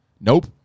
Nope